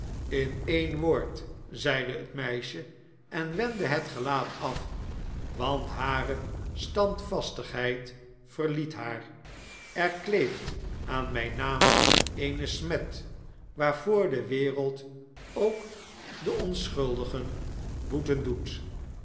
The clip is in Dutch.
in één woord zeide het meisje en wendde het gelaat af want hare standvastigheid verliet haar er kleeft aan mijn naam eene smet waarvoor de wereld ook de onschuldige boeten doet